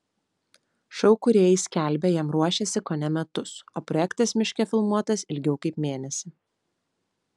šou kūrėjai skelbia jam ruošęsi kone metus o projektas miške filmuotas ilgiau kaip mėnesį